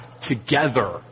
together